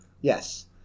Yes